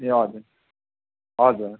ए हजुर हजुर